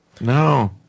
no